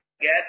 get